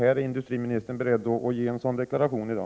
Är industriministern beredd att ge en sådan deklaration i dag?